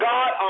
God